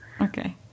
Okay